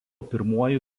pirmuoju